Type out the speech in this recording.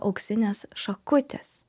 auksinės šakutės